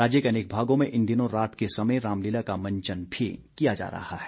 राज्य के अनेक भागों में इन दिनों रात के समय रामलीला का मंचन भी किया जा रहा है